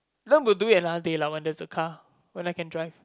then we'll do it another day lah when there's a car when I can drive